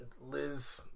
Liz